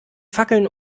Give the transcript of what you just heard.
fackeln